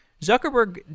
Zuckerberg